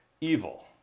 evil